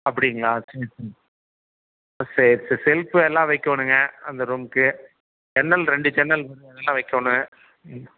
அப்படிங்களா சரி சரி சரி சார் செல்ஃப் எல்லாம் வைக்கணுங்க அந்த ரூம்க்கு ஜன்னல் ரெண்டு ஜன்னல் அதெல்லாம் வைக்கணும்